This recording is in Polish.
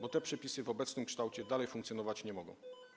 Bo te przepisy w obecnym kształcie dalej funkcjonować nie mogą.